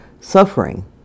Suffering